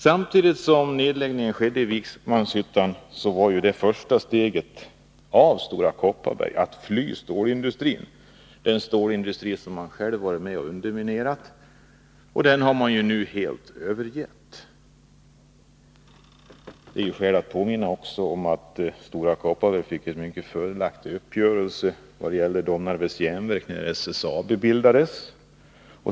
Samtidigt skall nedläggningen av Vikmanshyttan ses som det första steget av Stora Kopparberg att fly stålindustrin — den stålindustri som man själv varit med om att underminera och som man nu helt har övergivit. Det är också skäl att påminna om att Stora Kopparberg fick en mycket fördelaktig uppgörelse vad gäller Domnarvets Jernverk när SSAB bildades.